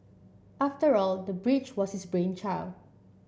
after all the bridge was his brainchild